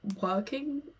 Working